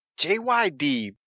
JYD